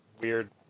weird